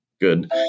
Good